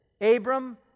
Abram